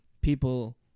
people